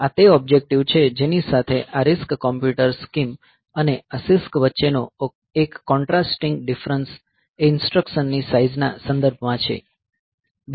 આ તે ઓબ્જેક્ટીવ છે જેની સાથે આ RISC કોમ્પ્યુટર સ્કીમ અને આ CISC વચ્ચેનો એક કોન્ટ્રાસ્ટીંગ ડીફરન્સ એ ઈન્સ્ટ્રકશનની સાઈઝના સંદર્ભમાં છે